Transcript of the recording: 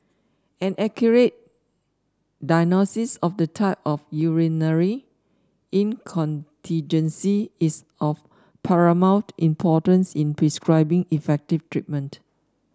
an accurate diagnosis of the type of urinary incontinence is of paramount importance in prescribing effective treatment